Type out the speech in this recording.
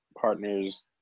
partners